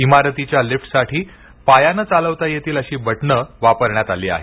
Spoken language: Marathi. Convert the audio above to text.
इमारतीच्या लिफ्ट साठी पायाने चालवता येतील अशी बटणे वापरण्यात आली आहेत